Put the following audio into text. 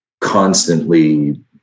constantly